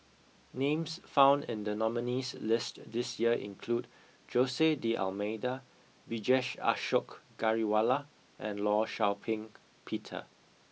names found in the nominees' list this year include Jose D'almeida Vijesh Ashok Ghariwala and Law Shau Ping Peter